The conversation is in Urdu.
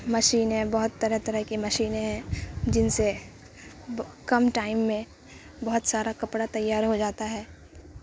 مشینیں بہت طرح طرح کے مشینیں ہیں جن سے کم ٹائم میں بہت سارا کپڑا تیار ہو جاتا ہے